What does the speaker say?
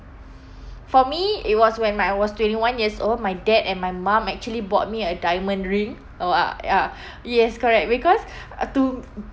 for me it was when my I was twenty one years old my dad and my mum actually bought me a diamond ring uh ah ya yes correct because to mm